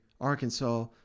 Arkansas